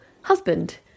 husband